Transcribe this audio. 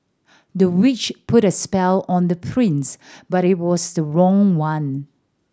the witch put a spell on the prince but it was the wrong one